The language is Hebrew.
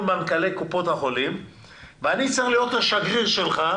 מנכ"לי קופות החולים ואני צריך להיות השגריר שלך,